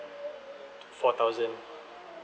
four thousand